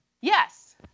Yes